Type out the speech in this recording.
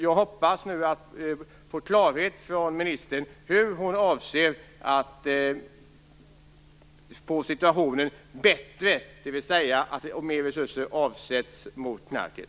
Jag hoppas på ett klargörande från ministern om hur hon avser att få en bättre situation, dvs. att mera resurser avsätts för åtgärder mot knarket.